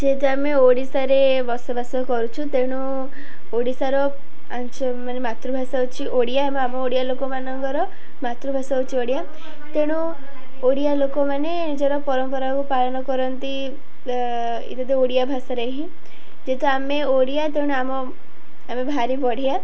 ଯେହେତୁ ଆମେ ଓଡ଼ିଶାରେ ବସବାସ କରୁଛୁ ତେଣୁ ଓଡ଼ିଶାର ଆଞ୍ଚ ମାନେ ମାତୃଭାଷା ହେଉଛି ଓଡ଼ିଆ ଏବଂ ଆମ ଓଡ଼ିଆ ଲୋକମାନଙ୍କର ମାତୃଭାଷା ହେଉଛି ଓଡ଼ିଆ ତେଣୁ ଓଡ଼ିଆ ଲୋକମାନେ ନିଜର ପରମ୍ପରାକୁ ପାଳନ କରନ୍ତି ଇତ୍ୟାଦି ଓଡ଼ିଆ ଭାଷାରେ ହିଁ ଯେହେତୁ ଆମେ ଓଡ଼ିଆ ତେଣୁ ଆମ ଆମେ ଭାରି ବଢ଼ିଆ